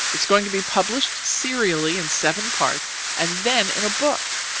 it's going to be published serially in seven parts, and then in a book!